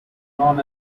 known